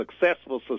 successful